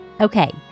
Okay